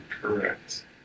correct